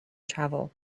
travel